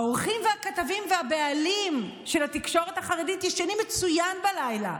העורכים והכתבים והבעלים של התקשורת החרדית ישנים מצוין בלילה,